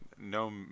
no